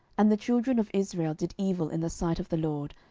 and the children of israel did evil in the sight of the lord,